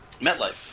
MetLife